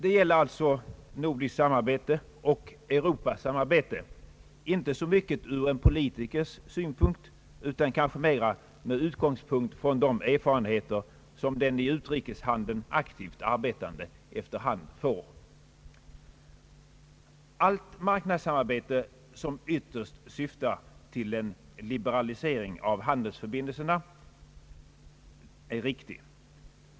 Det gäller alltså nordiskt samarbete och europasamarbete, inte så mycket ur en politikers synvinkel utan kanske mera med utgångspunkt från de erfarenheter som den i utrikeshandeln aktivt arbetande efter hand får. Allt marknadssamarbete, som ytterst syftar till en liberalisering av handelsförbindelserna, är riktigt.